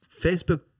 Facebook